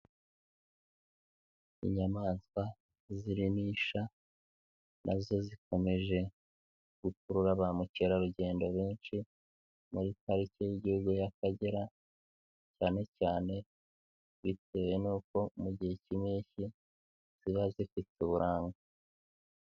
Inyamaswa zirimo isha na zo zikomeje gukurura ba mukerarugendo benshi, muri parike y'Igihugu y'Akagera cyane cyane bitewe nuko mu gihe cy'impeshyi ziba zifite uburanga.